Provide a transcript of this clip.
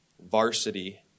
varsity